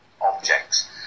objects